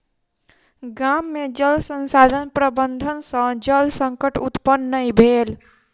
गाम में जल संसाधन प्रबंधन सॅ जल संकट उत्पन्न नै भेल